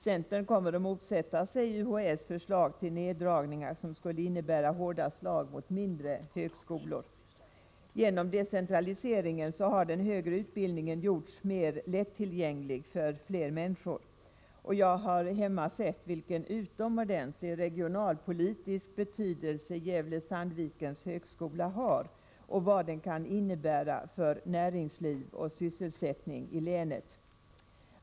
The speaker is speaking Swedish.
Centern kommer att motsätta sig UHÄ:s förslag till neddragningar som skulle innebära hårda slag mot mindre högskolor. Genom decentraliseringen har den högre utbildningen gjorts mer lättillgänglig för fler människor. Jag har hemma sett vilken utomordentlig regionpolitisk betydelse Gävle-Sandvikens högskola har, och jag vet vad den kan innebära för näringsliv och sysselsättning i länet.